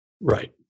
Right